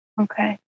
okay